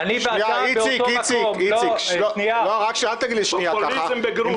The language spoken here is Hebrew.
אני אפרסם מה שבא לי ואתה לא תגיד לי מה לפרסם ומה לא לפרסם,